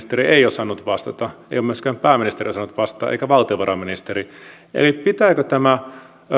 elinkeinoministeri ei osannut vastata ei myöskään pääministeri osannut vastata eikä valtiovarainministeri pitääkö tämä